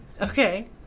Okay